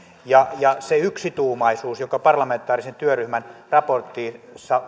ja ja se yksituumaisuus joka parlamentaarisen työryhmän raportista